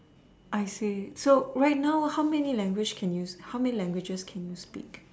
I see so right now how many language how many languages can you speak